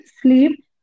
sleep